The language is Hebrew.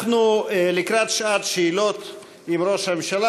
אנחנו לקראת שעת שאלות עם ראש הממשלה.